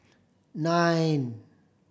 nine